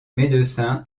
médecin